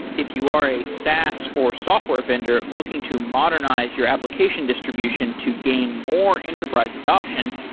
if you are a saas or software vendor looking to modernize your application distribution to gain more enterprise adoption,